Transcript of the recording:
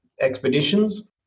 expeditions